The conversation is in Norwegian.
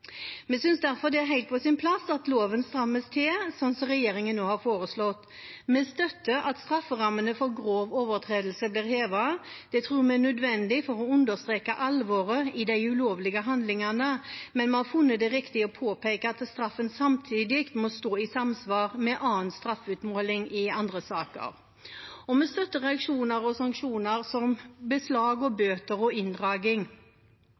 loven strammes til, slik som regjeringen nå har foreslått. Vi støtter at strafferammene for grov overtredelse blir hevet. Det tror vi er nødvendig for å understreke alvoret i de ulovlige handlingene, men vi har funnet det riktig å påpeke at straffen samtidig må være i samsvar med straffeutmåling i andre saker. Vi støtter også reaksjoner og sanksjoner som beslag, bøter og inndragning. Det har vært en diskusjon om administrative beslag og